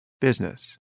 business